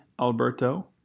Alberto